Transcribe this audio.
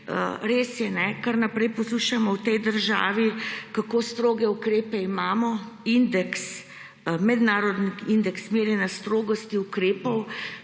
Res je, kar naprej poslušamo v tej državi, kako stroge ukrepe imamo. Mednarodni indeks merjenja strogosti ukrepov